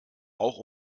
auch